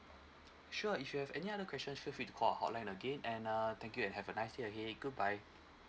sure if you have any other questions feel free to call our hotline again and uh thank you and have a nice day okay goodbye